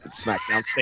SmackDown